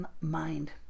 mind